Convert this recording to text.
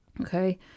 Okay